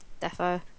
Defo